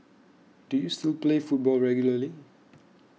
do you still play football regularly